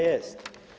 Jest.